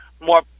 more